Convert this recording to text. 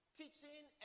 teaching